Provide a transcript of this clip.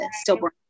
stillborn